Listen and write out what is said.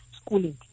schooling